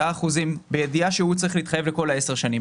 אחוזים בידיעה שהוא צריך להתחייב לכל 10 השנים.